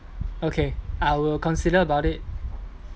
okay I will consider about it